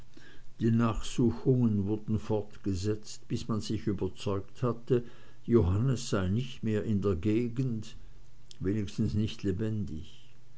die nachsuchungen wurden fortgesetzt bis man sich überzeugt hatte johannes sei nicht mehr in der gegend wenigstens nicht lebendig